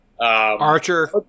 Archer